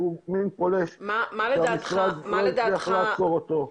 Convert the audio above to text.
מין פולש שהמשרד לא הצליח לעצור אותו.